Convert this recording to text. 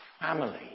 family